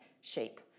shape